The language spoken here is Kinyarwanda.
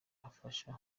afasha